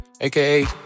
AKA